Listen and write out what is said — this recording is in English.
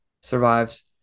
survives